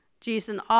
Jesus